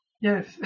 yes